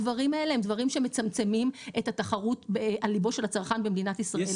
הדברים האלה הם דברים שמצמצמים את התחרות על לבו של הצרכן במדינת ישראל.